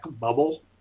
bubble